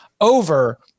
over